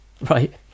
right